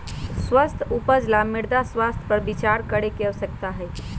स्वस्थ उपज ला मृदा स्वास्थ्य पर विचार करे के आवश्यकता हई